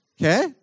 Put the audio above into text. Okay